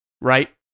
right